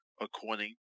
according